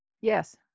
Yes